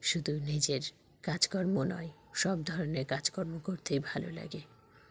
শুধু নিজের কাজকর্ম নয় সব ধরনের কাজকর্ম করতেই ভালো লাগে